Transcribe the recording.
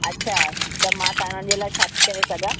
अच्छा त मां तव्हांजे लाइ छा थी करे सघां